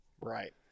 right